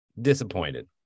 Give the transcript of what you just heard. disappointed